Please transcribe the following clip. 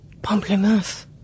Pamplemousse